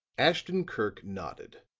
ashton-kirk nodded.